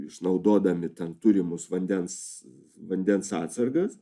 išnaudodami ten turimus vandens vandens atsargas